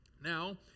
now